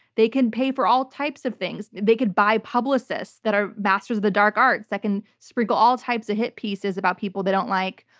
they can pay for all types of things. they could buy publicists that are masters of the dark arts that can sprinkle all types of hit pieces about people they don't like.